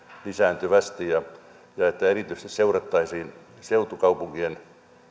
lisääntyvästi myöskin sitä että erityisesti seurattaisiin seutukaupunkien